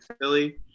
Philly